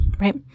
Right